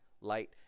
light